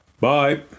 Bye